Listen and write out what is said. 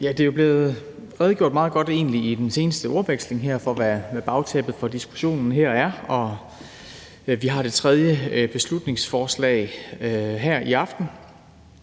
her blevet redegjort meget godt for, hvad bagtæppet for diskussionen her er, og vi har det tredje beslutningsforslag her i aften.